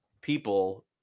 people